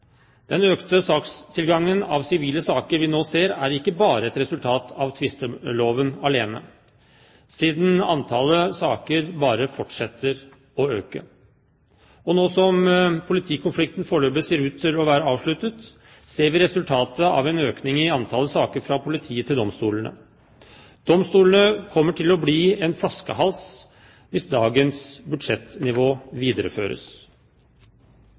Den økte sakstilgangen av sivile saker vi nå ser, er ikke bare et resultat av tvisteloven alene, siden antallet saker bare fortsetter å øke. Nå som politikonflikten foreløpig ser ut til å være avsluttet, ser vi som resultat en økning i antall saker fra politiet til domstolene. Domstolene kommer til å bli en flaskehals hvis dagens budsjettnivå videreføres.